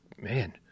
man